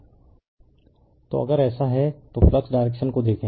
refer slide time 2421 तो अगर ऐसा है तो फ्लक्स डायरेक्शन को देखें